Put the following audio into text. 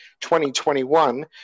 2021